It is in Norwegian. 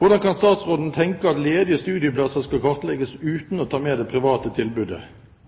Hvordan kan statsråden tenke seg at ledige studieplasser skal kartlegges uten å ta med det private tilbudet?